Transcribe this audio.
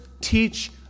teach